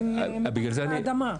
הן מתחת לאדמה.